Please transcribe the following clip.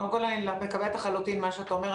קודם כל אני מקבלת לחלוטין את מה שאתה אומר.